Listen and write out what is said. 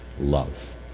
love